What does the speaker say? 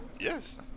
Yes